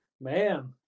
Man